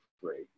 great